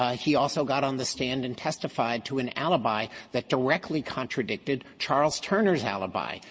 ah he also got on the stand and testified to an alibi that directly contradicted charles turner's alibi.